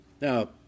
Now